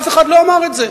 אף אחד לא אמר את זה.